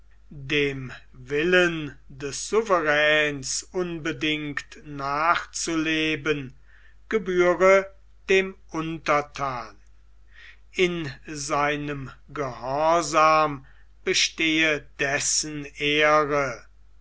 dem willen des souveräns unbedingt nachzuleben gebühre dem unterthan in seinem gehorsam bestehe dessen ehre